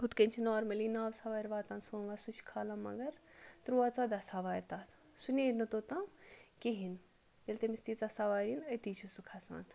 ہُتھ کٔنۍ چھِ نارمٔلی نَو سَوارِ واتان سوموَس سُہ چھُ کھالان مگر تُرٛواہ ژۄداہ سَوارِ تَتھ سُہ نیرِ نہٕ توٚتام کِہیٖنۍ ییٚلہِ تٔمِس تیٖژاہ سَوارِ یِن أتی چھِ سُہ کھَسان